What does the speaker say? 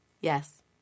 yes